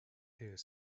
here